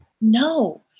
No